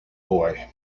boy